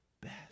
best